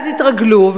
ואז יתרגלו,